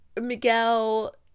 Miguel